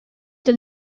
t’as